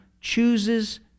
chooses